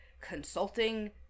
consulting